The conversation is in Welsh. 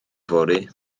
fory